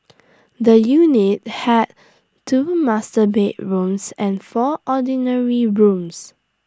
the unit had two master bedrooms and four ordinary rooms